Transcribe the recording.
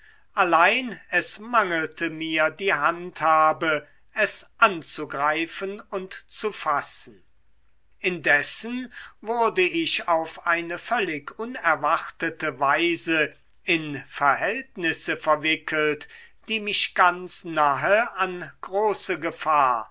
allein es mangelte mir die handhabe es anzugreifen und zu fassen indessen wurde ich auf eine völlig unerwartete weise in verhältnisse verwickelt die mich ganz nahe an große gefahr